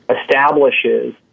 establishes